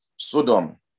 Sodom